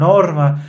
Norma